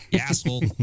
asshole